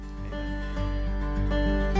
Amen